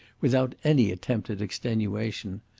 without any attempt at extenuation.